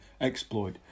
exploit